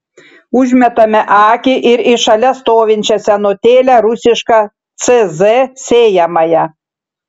užmetame akį ir į šalia stovinčią senutėlę rusišką cz sėjamąją